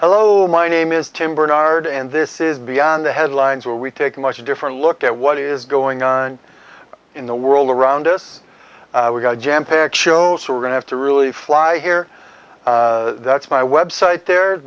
hello my name is tim bernard and this is beyond the headlines where we take a much different look at what is going on in the world around us we've got a jam packed show so we're going have to really fly here that's my web site there